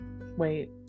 wait